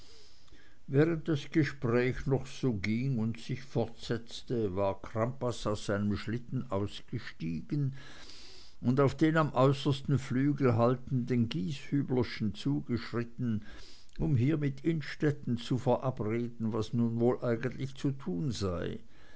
während das gespräch noch so ging und sich fortsetzte war crampas aus seinem schlitten ausgestiegen und auf den am äußersten flügel haltenden gieshüblerschen zugeschritten um hier mit innstetten zu verabreden was nun wohl eigentlich zu tun sei